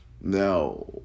Now